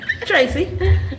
Tracy